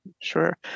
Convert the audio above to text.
Sure